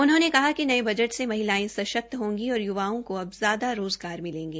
उन्होंने कहा कि नये बजट से महिलायें सशक्त होंगी और युवाओं को अब ज्यादा रोज़गार मिलेंगे